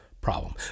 problem